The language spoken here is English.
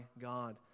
God